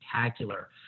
spectacular